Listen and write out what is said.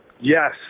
Yes